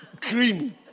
cream